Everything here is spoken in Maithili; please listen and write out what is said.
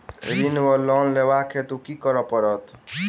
ऋण वा लोन लेबाक हेतु की करऽ पड़त?